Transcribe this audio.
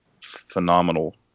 phenomenal